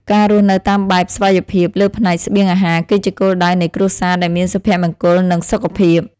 ការរស់នៅតាមបែបស្វ័យភាពលើផ្នែកស្បៀងអាហារគឺជាគោលដៅនៃគ្រួសារដែលមានសុភមង្គល និងសុខភាព។